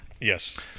Yes